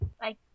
Bye